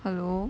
hello